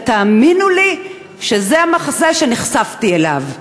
ותאמינו לי שזה המחזה שנחשפתי אליו: